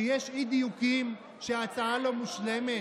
שיש אי-דיוקים, שההצעה לא מושלמת?